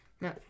No